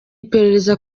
iperereza